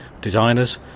designers